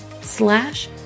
slash